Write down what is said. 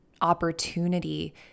opportunity